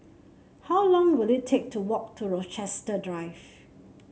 how long will it take to walk to Rochester Drive